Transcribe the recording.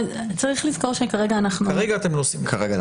אני צריך לזכור שכרגע אנחנו --- כרגע אתם לא עושים --- כרגע,